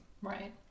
Right